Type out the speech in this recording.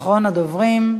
אחרון הדוברים.